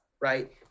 right